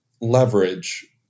leverage